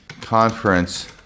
conference